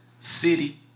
City